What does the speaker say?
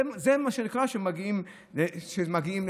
זה מה שנקרא שמגיעים להסכמים.